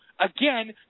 again